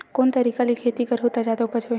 कोन तरीका ले खेती करहु त जादा उपज होही?